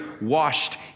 washed